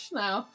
now